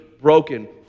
broken